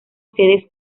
sedes